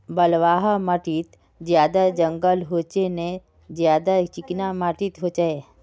बलवाह माटित ज्यादा जंगल होचे ने ज्यादा चिकना माटित होचए?